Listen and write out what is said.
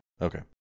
Okay